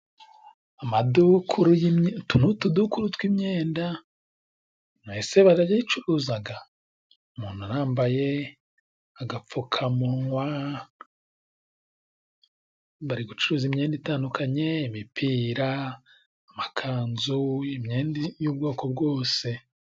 Amadukuru, utu ni utudukuru tw'imyenda, ese barazicuruzaga? Umuntu arambaye agapfukamunwa, bari gucuruza imyenda itandukanye, imipira, amakanzu, imyenda y'ubwoko bwose.